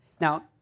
Now